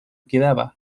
quedaba